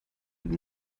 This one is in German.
mit